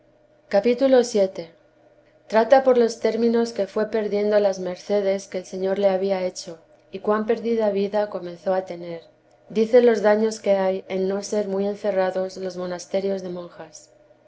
cap vii trata por los términos que fué perdiendo las índice págs mercedes que el señor le había hecho y cuan perdida vida comenzó a tener dice los daños que hay en no ser muy encerrados los monasterios de monjas